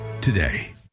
today